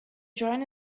join